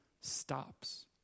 stops